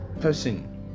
person